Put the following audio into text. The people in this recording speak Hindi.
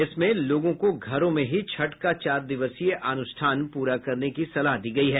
इसमें लोगों को घरों में ही छठ का चार दिवसीय अनुष्ठान पूरा करने की सलाह दी गई है